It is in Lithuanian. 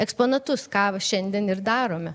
eksponatus ką va šiandien ir darome